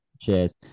Cheers